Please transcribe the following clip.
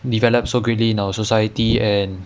developed so greatly in our society and